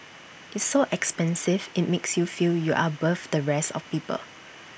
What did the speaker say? it's so expensive IT makes you feel you're above the rest of people